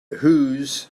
whose